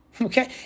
okay